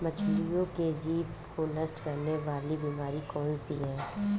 मछलियों के जीभ को नष्ट करने वाली बीमारी कौन सी है?